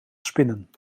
spinnen